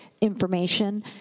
information